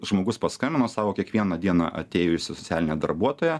žmogus paskambino sako kiekvieną dieną atėjusi socialinė darbuotoja